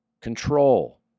Control